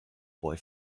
boy